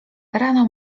rano